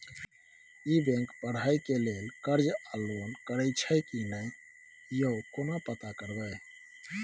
ई bank पढ़ाई के लेल कर्ज आ लोन करैछई की नय, यो केना पता करबै?